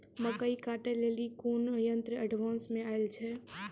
मकई कांटे ले ली कोनो यंत्र एडवांस मे अल छ?